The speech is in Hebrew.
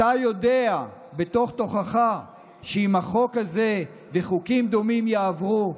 אתה יודע בתוך-תוכך שאם החוק הזה וחוקים דומים יעברו,